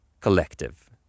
collective